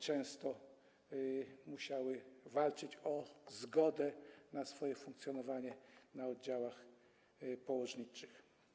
Często musiały walczyć o zgodę na swoje funkcjonowanie na oddziałach położniczych.